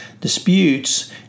disputes